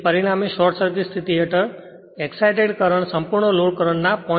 તેથી પરિણામે short circuit સ્થિતિ હેઠળ એક્સાઈટેડ કરંટ સંપૂર્ણ લોડ કરંટ ના 0